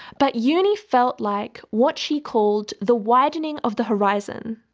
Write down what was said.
but uni felt like what she called the widening of the horizon.